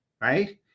right